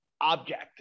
object